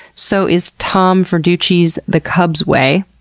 so is tom verducci's the cubs way.